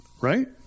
Right